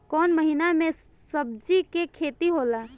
कोउन महीना में सब्जि के खेती होला?